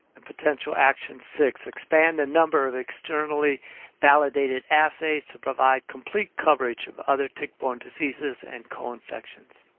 and potential action six-expand a number of externally validated assays to provide complete coverage of other tick-borne diseases and co-infections.